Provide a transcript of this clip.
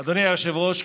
אדוני היושב-ראש,